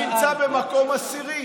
אני נמצא במקום עשירי.